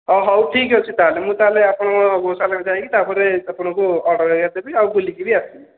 ଓ ହଉ ଠିକ୍ ଅଛି ତାହାଲେ ମୁଁ ତାହାଲେ ଆପଣଙ୍କ ଗୋଶାଲାରେ ଯାଇକି ଆପଣଙ୍କୁ ଅର୍ଡ଼ର୍ ହେରିକା ଦେବି ଆଉ ବୁଲିକି ଆସିବି